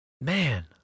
Man